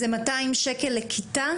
זה 200 שקל לכיתה?